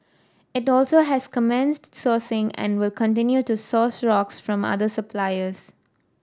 it also has commenced sourcing and will continue to source rocks from other suppliers